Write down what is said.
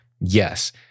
Yes